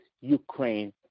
Ukraine